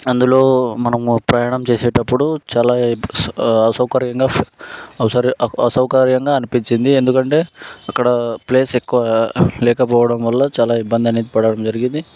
అందులో మనము ప్రయాణం చేసేటప్పుడు చాలా అసౌకర్యంగా అసౌకర్యంగా అనిపించింది ఎందుకంటే అక్కడ ప్లేస్ ఎక్కువ లేకపోవడం వల్ల చాలా ఇబ్బంది అనేది పడటం జరిగింది